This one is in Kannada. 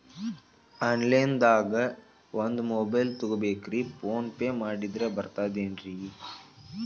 ಆನ್ಲೈನ್ ದಾಗ ಒಂದ್ ಮೊಬೈಲ್ ತಗೋಬೇಕ್ರಿ ಫೋನ್ ಪೇ ಮಾಡಿದ್ರ ಬರ್ತಾದೇನ್ರಿ?